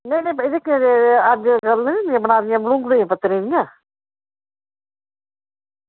नेईं नेईं एह् निं होंदियां बनाई दियां बलूंगड़े दे पत्तरै दियां